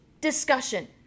discussion